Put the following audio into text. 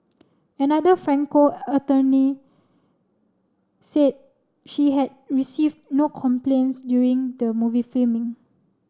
another Franco attorney said she had received no complaints during the movie filming